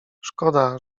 szkoda